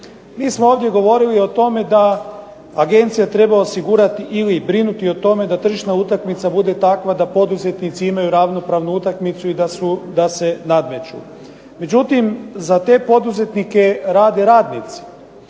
Mi smo ovdje govorili o tome da agencija treba osigurati ili brinuti o tome da tržišna utakmica bude takva da poduzetnici imaju ravnopravnu utakmicu i da se nadmeću. Međutim, za te poduzetnike rade radnici.